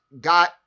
got